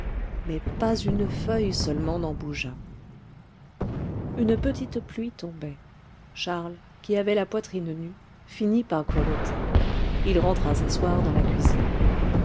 mais pas une feuille seulement n'en bougea une petite pluie tombait charles qui avait la poitrine nue finit par grelotter il rentra s'asseoir dans la cuisine